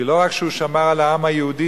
כי לא רק שהוא שמר על העם היהודי,